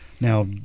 now